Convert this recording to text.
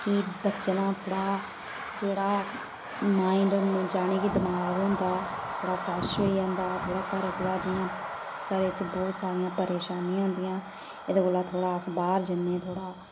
कि बच्चें दा थोह्ड़ा जेह्ड़ा माइंड यानि के दमाग होंदा थोह्ड़ा फ्रेश होई जंदा थोह्ड़ा घरै कोला जि'यां घरै च बहुत सारियां परेशानियां होंदियां एह्दे कोला थोह्ड़ा अस बाहर जन्ने थोह्ड़ा